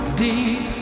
deep